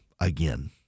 again